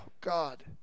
God